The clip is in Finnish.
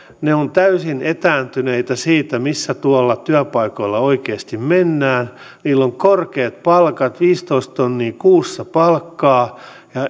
he ovat täysin etääntyneitä siitä missä tuolla työpaikoilla oikeasti mennään heillä on korkeat palkat viisitoistatuhatta euroa kuussa palkkaa